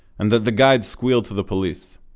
and that the guy'd squealed to the police.